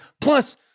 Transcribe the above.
Plus